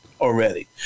already